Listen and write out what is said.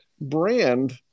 Brand